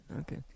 Okay